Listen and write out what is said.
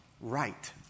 right